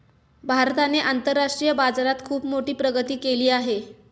भारताने आंतरराष्ट्रीय बाजारात खुप मोठी प्रगती केली आहे